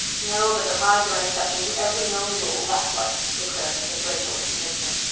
no, but the pyes are an exception to every known rule, that's what, declared mrs. rachel with conviction.